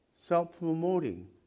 self-promoting